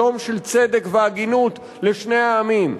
שלום של צדק והגינות לשני העמים.